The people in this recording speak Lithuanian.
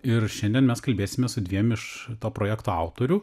ir šiandien mes kalbėsimės su dviem iš to projekto autorių